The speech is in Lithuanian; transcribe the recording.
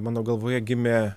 mano galvoje gimė